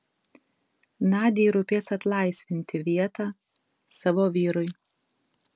nadiai rūpės atlaisvinti vietą savo vyrui